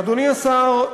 אדוני השר,